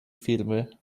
firmy